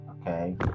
okay